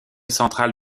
central